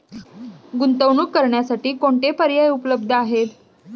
गुंतवणूक करण्यासाठी कोणते पर्याय उपलब्ध आहेत?